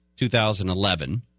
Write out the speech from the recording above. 2011